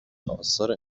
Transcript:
آثار